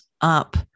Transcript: up